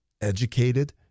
educated